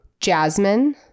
jasmine